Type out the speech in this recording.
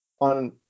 on